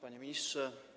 Panie Ministrze!